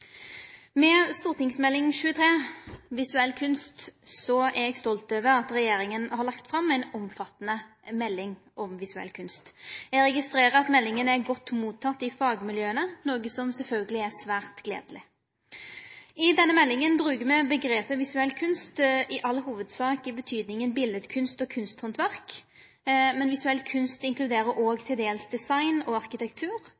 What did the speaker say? Med Meld. St. 23 for 2011–2012, Visuell kunst, er eg stolt over at regjeringa har lagt fram ei omfattande melding om visuell kunst. Eg registrerer at meldinga er godt teken imot i fagmiljøa, noko som sjølvsagt er svært gledeleg. I denne meldinga brukar me omgrepet «visuell kunst» i all hovudsak i tydinga biletkunst og kunsthandverk, men visuell kunst inkluderer òg til dels design og